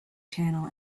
channel